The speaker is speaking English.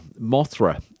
Mothra